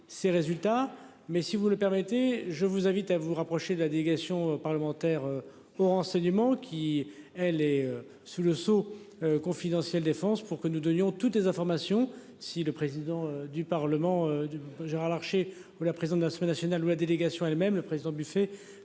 ses résultats mais si vous le permettez, je vous invite à vous rapprocher de la délégation parlementaire. Au renseignement qui elle est sous le sceau confidentiel défense pour que nous donnions toutes les informations. Si le président du Parlement Gérard Larché ou la prison de la semaine nationale délégation elles-mêmes le président buffet